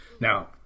Now